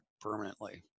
permanently